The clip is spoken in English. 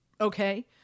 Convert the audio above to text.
Okay